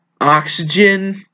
oxygen